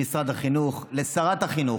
למשרד החינוך ולשרת החינוך.